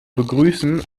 begrüßen